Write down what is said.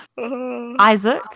Isaac